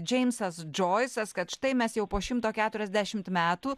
džeimsas džoisas kad štai mes jau po šimto keturiasdešimt metų